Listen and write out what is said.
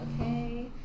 okay